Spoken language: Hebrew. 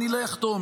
אני לא אחתום,